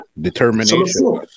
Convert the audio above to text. Determination